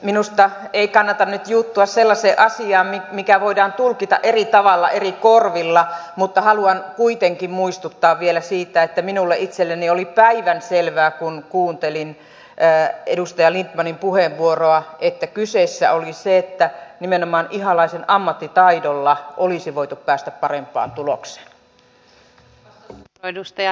minusta ei kannata nyt juuttua sellaiseen asiaan mikä voidaan tulkita eri tavalla eri korvilla mutta haluan kuitenkin muistuttaa vielä siitä että minulle itselleni oli päivänselvää kun kuuntelin edustaja lindtmanin puheenvuoroa että kyseessä oli se että nimenomaan ihalaisen ammattitaidolla olisi voitu päästä parempaan tulokseen